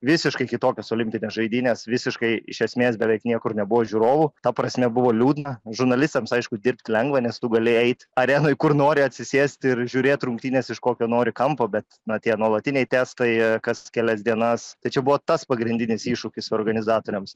visiškai kitokios olimpinės žaidynės visiškai iš esmės beveik niekur nebuvo žiūrovų ta prasme buvo liūdna žurnalistams aišku dirbt lengva nes tu gali eit arenoj kur nori atsisėsti ir žiūrėt rungtynes iš kokio nori kampo bet na tie nuolatiniai testai kas kelias dienas tai čia buvo tas pagrindinis iššūkis organizatoriams